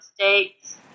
States